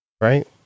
Right